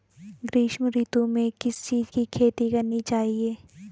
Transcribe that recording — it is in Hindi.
ग्रीष्म ऋतु में किस चीज़ की खेती करनी चाहिये?